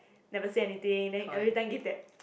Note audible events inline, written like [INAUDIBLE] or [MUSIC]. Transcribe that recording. never say anything then every time give that [NOISE]